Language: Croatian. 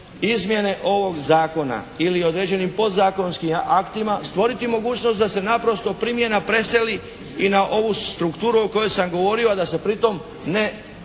izmjene ovog zakona ili određenim podzakonskim aktima stvoriti mogućnost da se naprosto promjena preseli i na ovu strukturu o kojoj sam govorio, a da se pritom ne